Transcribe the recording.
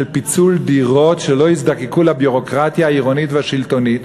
שלפיצול דירות לא יזדקקו לביורוקרטיה העירונית והשלטונית.